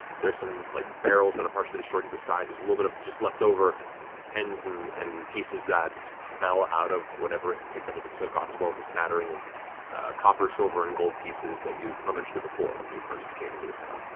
there's some like barrels that are partially destroyed to the side, there's a little bit of leftover ends and and pieces that fell out of whatever it picked up as it took off as well as a smattering of copper, silver, and gold pieces that you rummaged through before when you first came to and the town.